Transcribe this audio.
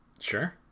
Sure